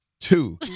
two